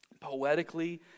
poetically